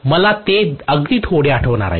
मला ते अगदी थोडे आठवणार आहे